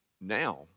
Now